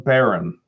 Baron